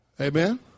Amen